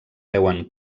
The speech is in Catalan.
veuen